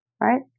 Right